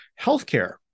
healthcare